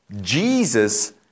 Jesus